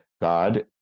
God